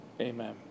Amen